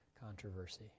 controversy